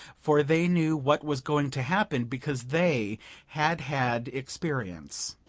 for they knew what was going to happen, because they had had experience.